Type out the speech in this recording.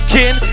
Kin